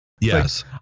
Yes